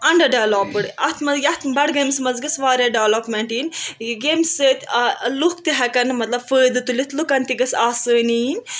under developed اَتھ مَنٛز یَتھ بَڑگٲمِس منٛز گَژھ واریاہ ڈیولَپمٮ۪نٹ یِنۍ ییٚمہِ سۭتۍ اَ لُکھ تہِ ہیٚکَن مطلب فٲیدٕ تُلِتھ لُکَن تہِ گٔژھ آسٲنی یِنۍ